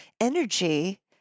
energy